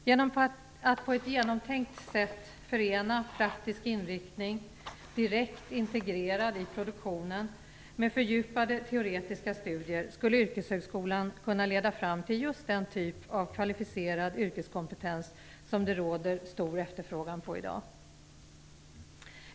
Genom att på ett genomtänkt sätt förena praktisk inriktning direkt integrerad i produktionen med fördjupade teoretiska studier skulle yrkeshögskolan kunna leda fram till just den typ av kvalificerad yrkeskompetens som det råder stor efterfrågan på i dag.